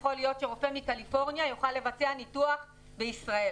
יכול להיות שרופא מקליפורניה יוכל לבצע ניתוח בישראל.